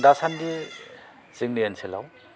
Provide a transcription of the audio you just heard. दासान्दि जोंनि ओनसोलाव